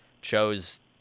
chose